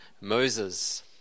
Moses